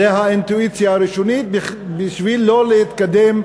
זו האינטואיציה הראשונית בשביל לא להתקדם,